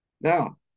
Now